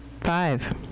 five